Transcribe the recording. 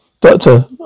Doctor